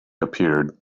appeared